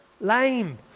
lame